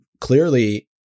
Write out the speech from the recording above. clearly